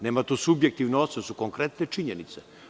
Nema subjektivnog, to su konkretne činjenice.